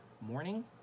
morning